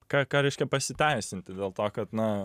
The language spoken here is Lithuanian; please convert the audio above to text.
ką ką reiškia pasiteisinti dėl to kad na